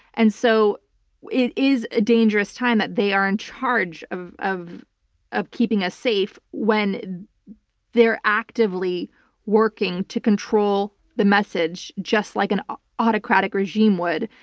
and so it is a dangerous time that they are in charge of of keeping us safe when they're actively working to control the message just like an autocratic regime would.